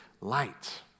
light